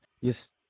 Yes